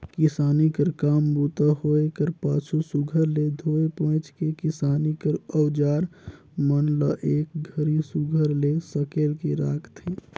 किसानी कर काम बूता होए कर पाछू सुग्घर ले धोए पोएछ के किसानी कर अउजार मन ल एक घरी सुघर ले सकेल के राखथे